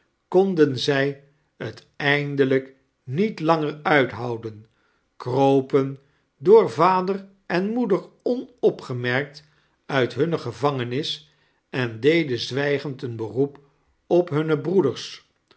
konden zij t eindelijk niet langer uithouden kropen door vader en moeder onopgemerkt uit hunne gevangenis en dedein zwqgend een beroep op hunne broedera